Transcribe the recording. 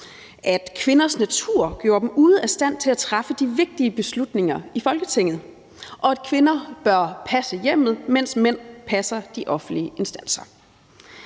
at kvinders natur gjorde dem ude af stand til at træffe de vigtige beslutninger i Folketinget, og at kvinder burde passe hjemmet, mens mænd passede de offentlige instanser.